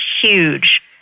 huge